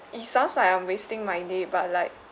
it sounds like I'm wasting my day but like